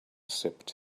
sipped